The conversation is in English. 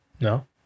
no